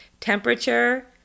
Temperature